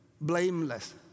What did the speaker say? blameless